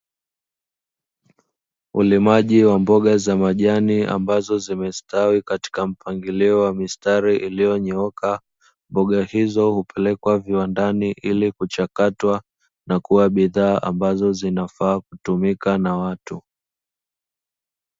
Ulemaji wa mboga za majani ambazo zimestawi katika mpangilio wa mistari iliyonyooka. Mboga hizo hupelekwa viwandani ili kuchakatwa na kuwa bidhaa ambazo zinafaa kutumika na watu.